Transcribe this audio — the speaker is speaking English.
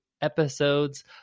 episodes